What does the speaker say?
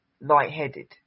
lightheaded